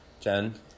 Jen